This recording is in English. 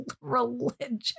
religion